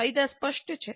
ફાયદા સ્પષ્ટ છે